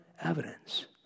evidence